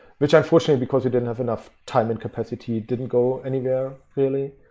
which unfortunately, because we didn't have enough time and capacity didn't go anywhere really,